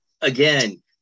again